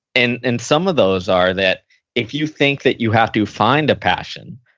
and and some of those are that if you think that you have to find a passion,